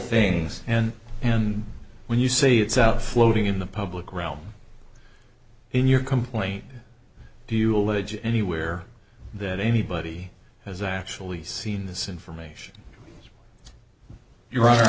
things and and when you say it's out floating in the public realm in your complaint do you allege anywhere that anybody has actually seen this information you